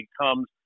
comes